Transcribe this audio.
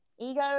ego